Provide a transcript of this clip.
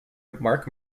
marc